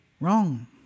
Wrong